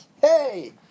Hey